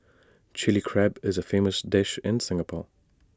Chilli Crab is A famous dish in Singapore